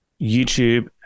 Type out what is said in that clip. youtube